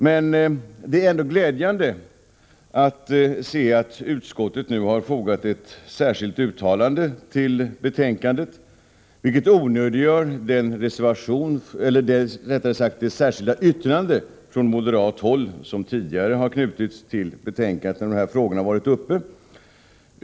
Men det är ändå glädjande att se att utskottet nu har fogat ett särskilt yttrande till betänkandet, vilket onödiggör det särskilda yttrande från moderat håll som tidigare har knutits till betänkandet när dessa frågor behandlats.